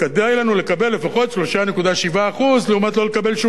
לקבל לפחות 3.7% לעומת לא לקבל שום דבר.